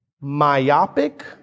myopic